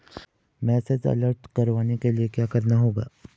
Message alert करवाने के लिए क्या करना होगा?